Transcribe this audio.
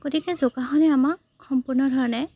গতিকে যোগাসনে আমাক সম্পূৰ্ণধৰণে